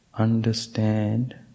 Understand